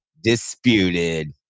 disputed